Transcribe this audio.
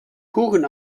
kuchen